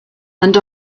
and